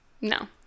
no